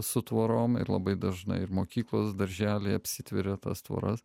su tvorom ir labai dažnai ir mokyklos darželiai apsitveria tas tvoras